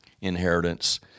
inheritance